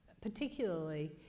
particularly